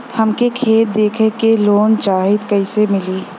हमके खेत देखा के लोन चाहीत कईसे मिली?